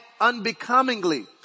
unbecomingly